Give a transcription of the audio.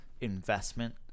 investment